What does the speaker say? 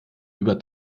über